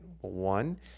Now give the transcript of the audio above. one